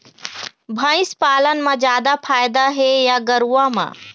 भंइस पालन म जादा फायदा हे या गरवा में?